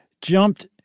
Jumped